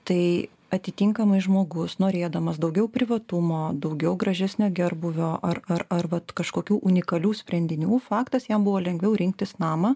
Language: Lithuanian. tai atitinkamai žmogus norėdamas daugiau privatumo daugiau gražesnio gerbūvio ar ar arba kažkokių unikalių sprendinių faktas jam buvo lengviau rinktis namą